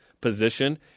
position